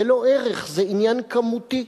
זה לא ערך, זה עניין כמותי.